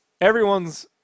everyone's